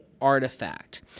artifact